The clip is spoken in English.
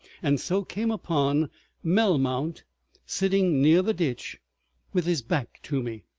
and so came upon melmount sitting near the ditch with his back to me.